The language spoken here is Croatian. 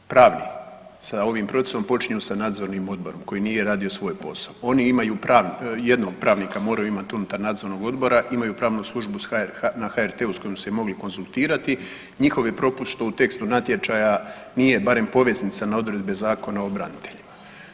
Svi problemi pravni sa ovim procesom, počinju sa nadzornim odborom koji nije radio svoj posao, oni imaju jednog pravnika, moraju imati unutar nadzornog odbora, imaju pravnu službu na HRT-u s kojom su se mogli konzultirati, njihov je propust što u tekstu natječaja nije barem poveznica na odredbe Zakona o braniteljima.